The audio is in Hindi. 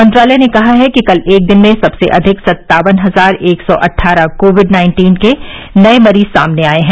मंत्रालय ने कहा है कि कल एक दिन में सबसे अधिक सत्तावन हजार एक सौ अट्ठारह कोविड नाइन्टीन के नए मरीज सामने आए हैं